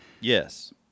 Yes